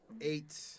Eight